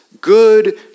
good